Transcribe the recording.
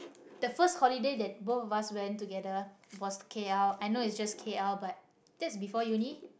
the first holiday that both of us went together was K_L I know it's just K_L but that's before uni